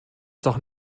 doch